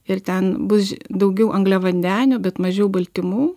ir ten bus daugiau angliavandenių bet mažiau baltymų